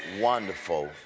wonderful